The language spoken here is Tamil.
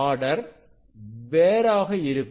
ஆர்டர் வேராக இருக்கும்